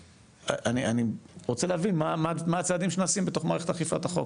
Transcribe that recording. אני רוצה להבין מה הצעדים שנעשים בתוך מערכת אכיפת החוק,